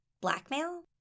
Blackmail